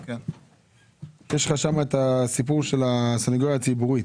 את הסיפור של הסנגוריה הציבורית.